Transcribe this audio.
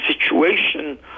situation